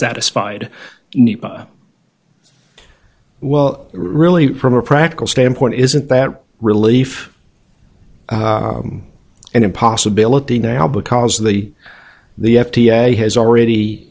satisfied well really from a practical standpoint isn't that a relief and a possibility now because of the the f d a has already